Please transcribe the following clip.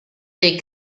dei